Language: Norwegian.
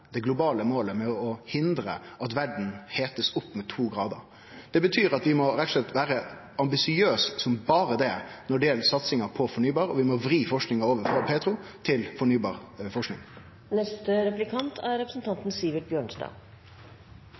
det globale målet å hindre at temperaturen i verda blir varma opp med 2 grader. Det betyr at vi rett og slett må vere ambisiøse som berre det når det gjeld satsinga på fornybare ressursar, og vi må vri forskinga over frå petroleum til fornybare ressursar. SVs representant i komiteen, representanten